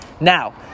Now